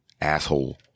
asshole